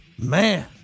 man